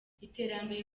iterambere